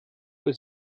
uhr